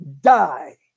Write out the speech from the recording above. die